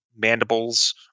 mandibles